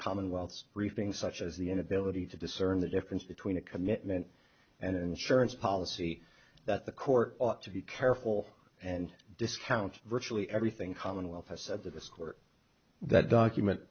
commonwealths briefing such as the inability to discern the difference between a commitment and insurance policy that the court ought to be careful and discount virtually everything commonwealth has said that this court that document